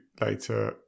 later